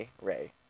Ray